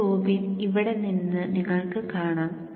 ഒരു ബോബിൻ ഇവിടെ നിങ്ങൾക്ക് കാണാം